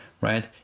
right